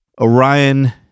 Orion